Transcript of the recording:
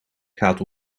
gaat